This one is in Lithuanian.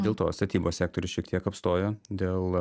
dėl to statybos sektorius šiek tiek apstojo dėl